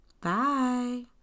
Bye